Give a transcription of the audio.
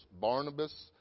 Barnabas